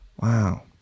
Wow